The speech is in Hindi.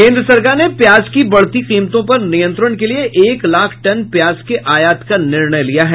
केंद्र सरकार ने प्याज की बढ़ती कीमतों पर नियंत्रण के लिए एक लाख टन प्याज के आयात का निर्णय लिया है